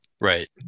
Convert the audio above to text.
Right